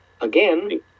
again